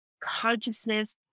consciousness